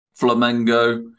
Flamengo